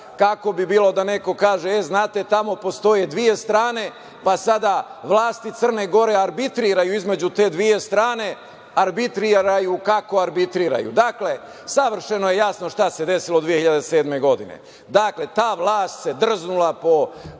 kako bi bilo da neko kaže – e, znate, tamo postoje dve strane, pa sada vlasti Crne Gore arbitriraju između te dve strane, arbitriraju kako arbitriraju. Dakle, savršeno je jasno šta se desilo 2007. godine. Dakle, ta vlast se drznula po